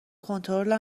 کنترل